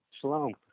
shalom